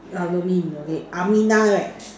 okay Aminah right